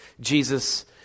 Jesus